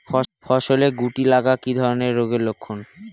ফসলে শুটি লাগা কি ধরনের রোগের লক্ষণ?